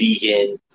vegan